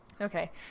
okay